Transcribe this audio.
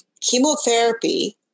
chemotherapy